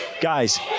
guys